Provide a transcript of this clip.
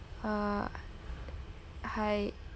uh hi